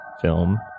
film